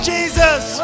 Jesus